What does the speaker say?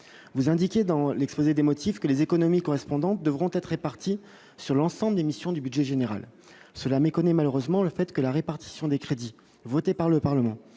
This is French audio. vous indiquez dans l'exposé des motifs que les économies correspondantes devront être répartis sur l'ensemble des missions du budget général cela méconnaît malheureusement le fait que la répartition des crédits votés par le Parlement